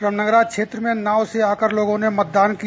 रमनगरा क्षेत्र में नाव से आकर लोगों ने मतदान किया